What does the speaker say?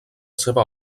seva